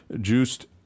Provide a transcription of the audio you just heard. juiced